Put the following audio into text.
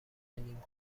نیم